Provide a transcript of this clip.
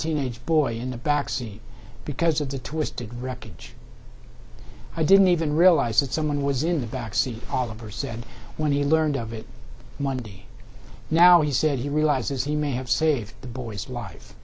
teenage boy in the backseat because of the twisted wreckage i didn't even realize that someone was in the back seat oliver said when he learned of it monday now he said he realizes he may have saved the boy's life